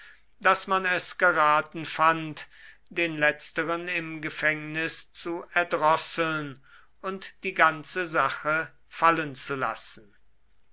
daß man es geraten fand den letzteren im gefängnis zu erdrosseln und die ganze sache fallen zu lassen